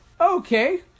okay